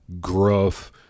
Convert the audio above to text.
gruff